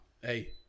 hey